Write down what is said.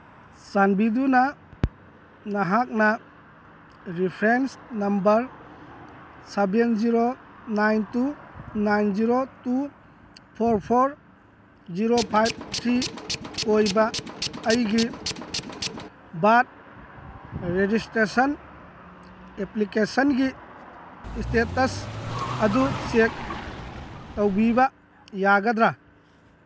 ꯆꯥꯟꯕꯤꯗꯨꯅ ꯅꯍꯥꯛꯅ reference number seven zero nine two nine zero two four four zero five three ꯑꯣꯏꯕ ꯑꯩꯒꯤ birth registration ꯑꯦꯄ꯭ꯂꯤꯀꯦꯁꯟꯒꯤ status ꯑꯗꯨ ꯆꯦꯛ ꯇꯧꯕꯤꯕ ꯌꯥꯒꯗ꯭ꯔꯥ